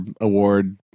award